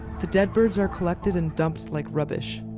the dead birds are collected and dumped like rubbish.